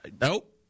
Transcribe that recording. Nope